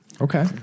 Okay